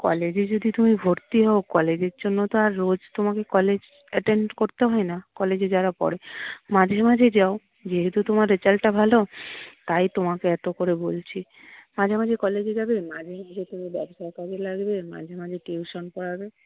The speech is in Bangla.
কলেজে যদি তুমি ভর্তি হও কলেজের জন্য তো আর রোজ তোমাকে কলেজ অ্যাটেন্ড করতে হয় না কলেজে যারা পড়ে মাঝে মাঝে যাও যেহেতু তোমার রেজাল্টটা ভালো তাই তোমাকে এত করে বলছি মাঝে মাঝে কলেজে যাবে মাঝে মাঝে তুমি ব্যবসার কাজে লাগবে মাঝে মাঝে টিউশন পড়াবে